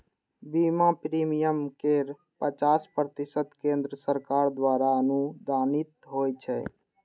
बीमा प्रीमियम केर पचास प्रतिशत केंद्र सरकार द्वारा अनुदानित होइ छै